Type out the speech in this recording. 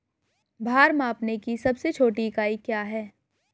भार मापने की सबसे छोटी इकाई क्या है?